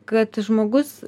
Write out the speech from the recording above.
kad žmogus